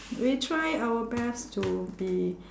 we try our best to be